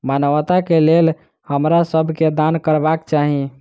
मानवता के लेल हमरा सब के दान करबाक चाही